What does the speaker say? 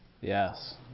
yes